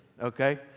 okay